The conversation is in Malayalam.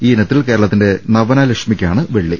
ഈയിന ത്തിൽ കേരളത്തിന്റെ നവന ലക്ഷ്മിയ്ക്കാണ് വെള്ളി